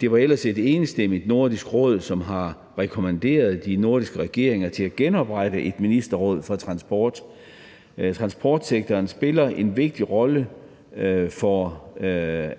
Det var ellers et enstemmigt Nordisk Råd, som rekommanderede de nordiske regeringer at genoprette et ministerråd for transport. Transportsektoren spiller en vigtig rolle i forhold til